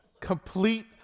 complete